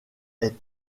est